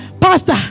pastor